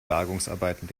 bergungsarbeiten